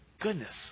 goodness